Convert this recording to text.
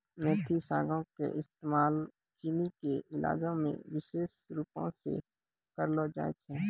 मेथी सागो के इस्तेमाल चीनी के इलाजो मे विशेष रुपो से करलो जाय छै